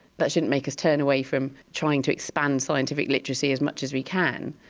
that shouldn't make us turn away from trying to expand scientific literacy as much as we can.